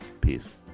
Peace